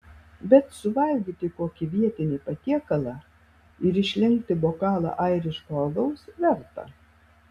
bet suvalgyti kokį vietinį patiekalą ir išlenkti bokalą airiško alaus verta